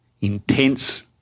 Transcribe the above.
intense